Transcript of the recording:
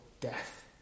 death